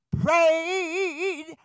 prayed